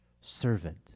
servant